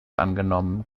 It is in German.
angenommen